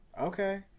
Okay